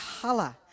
colour